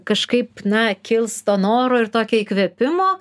kažkaip na kils to noro ir tokio įkvėpimo